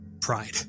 pride